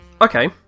Okay